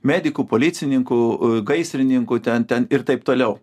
medikų policininkų gaisrininkų ten ten ir taip toliau